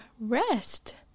rest